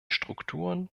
strukturen